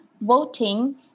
voting